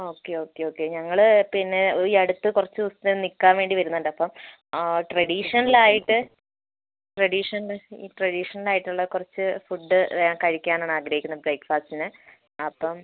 okay okay okay ഞങ്ങൾ പിന്നെ ഈയടുത്ത് കുറച്ച് ദിവസം നിൽക്കാൻ വേണ്ടി വരുന്നുണ്ട് അപ്പം ആ ട്രഡീഷണൽ ആയിട്ട് ട്രഡിഷണൽ ട്രഡിഷണൽ കുറച്ച് ഫുഡ് കഴിക്കാനാണ് ആഗ്രഹിക്കുന്നത് ബ്രേക്ക്ഫാസ്റ്റിന് അപ്പം